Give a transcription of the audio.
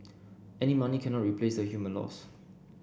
any money cannot replace the human loss